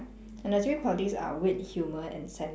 and the three qualities are wit humour and sense